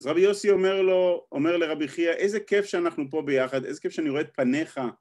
אז רבי יוסי אומר לו, אומר לרבי חייא איזה כיף שאנחנו פה ביחד, איזה כיף שאני רואה את פניך